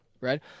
right